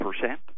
percent